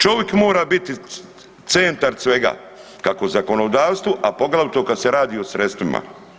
Čovik mora biti centar svega, kako u zakonodavstvu, a poglavito kad se radi o sredstvima.